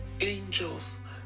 angels